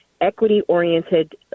equity-oriented